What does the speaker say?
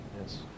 Yes